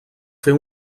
fer